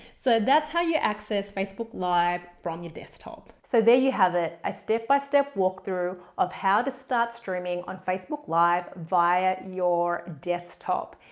so that's how you access facebook live from your desktop. so there you have it a step by step walk through of how to start streaming on facebook live via your desktop.